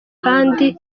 kandi